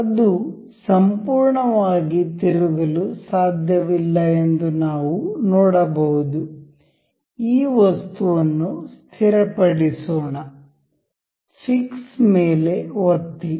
ಅದು ಸಂಪೂರ್ಣವಾಗಿ ತಿರುಗಲು ಸಾಧ್ಯವಿಲ್ಲ ಎಂದು ನಾವು ನೋಡಬಹುದು ಈ ವಸ್ತುವನ್ನು ಸ್ಥಿರಪಡಿಸೋಣ ಫಿಕ್ಸ್ ಮೇಲೆ ಒತ್ತಿ